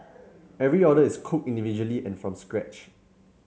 every order is cooked individually and from scratch